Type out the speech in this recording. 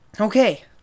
Okay